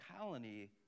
colony